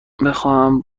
بخواهم